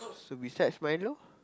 so besides Milo